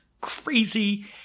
crazy